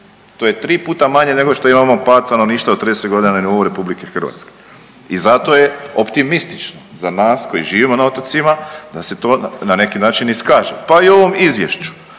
To je tri puta manje nego što imamo pad stanovništva od 30 godina na nivou Republike Hrvatske. I zato je optimistično za nas koji živimo na otocima da se to na neki način iskaže, pa i u ovom izvješću.